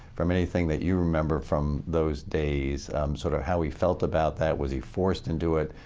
from anything that you remember from those days sort of how he felt about that? was he forced into it?